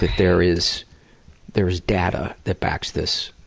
that there is there is data that backs this.